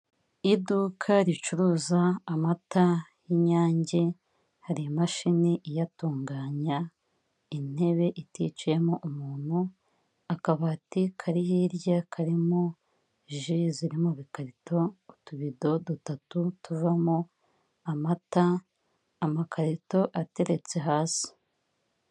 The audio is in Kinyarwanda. Iduka ricuruza amata y'Inyange, hari imashini iyatunganya, intebe iticayemo umuntu, akabati kari hirya karimo ji ziri mu bikarito, utubido dutatu tuvamo amata, amakarito ateretse hasi.